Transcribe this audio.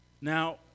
Now